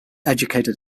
educated